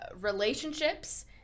relationships